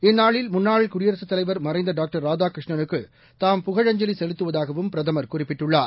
இந்நாளில் முன்னாள் குடியரசுத் தலைவர் மறைந்த டாக்டர் ராதாகிருஷ்ணனுக்கு தாம் புகழஞ்சலி செலுத்துவதாகவும் பிரதமர் குறிப்பிட்டுள்ளார்